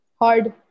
hard